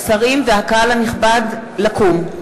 השרים והקהל הנכבד לקום.